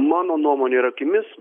mano nuomone ir akimis